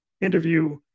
interview